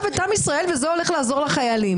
את עם ישראל וזה הולך לעזור לחיילים.